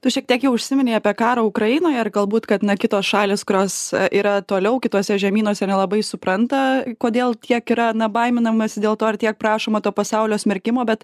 tu šiek tiek jau užsiminei apie karą ukrainoje ir galbūt kad na kitos šalys kurios yra toliau kituose žemynuose nelabai supranta kodėl tiek yra na baiminamasi dėl to ir tiek prašoma to pasaulio smerkimo bet